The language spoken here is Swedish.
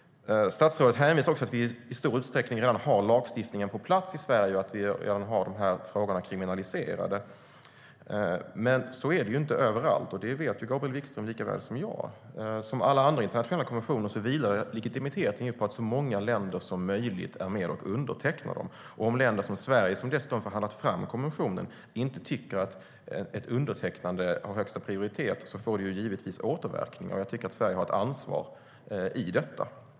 Statsrådet hänvisar till att vi i stor utsträckning redan har lagstiftning på plats i Sverige och att vi redan har en kriminalisering. Men så är det inte överallt, och det vet Gabriel Wikström lika väl som jag. Som alla andra internationella konventioner vilar legitimiteten på att så många länder som möjligt är med och undertecknar dem. Om länder som Sverige, som dessutom har förhandlat fram konventionen, inte tycker att ett undertecknande har högsta prioritet får det givetvis återverkningar. Jag tycker att Sverige har ett ansvar i detta.